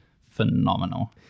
phenomenal